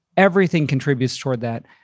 everything contributes toward that.